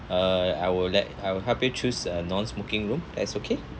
uh I will let I will help you choose a non smoking room that's okay